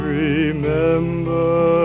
remember